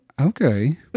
okay